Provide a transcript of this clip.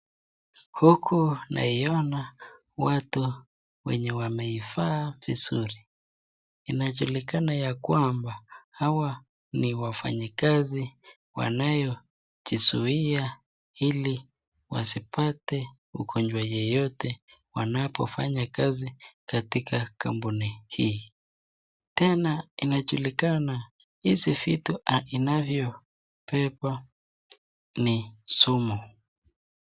Huku naiyona watu wenye wamavaa vizuri, inajulikana ya kwamba hawa ni wafanyikazi wanojizuia hili wasipate ugonjwa yoyote wanapofanya katika kampuni hii, tena inajulikana hizi vitu inavyopepa ni simu.